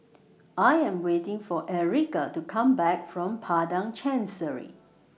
I Am waiting For Ericka to Come Back from Padang Chancery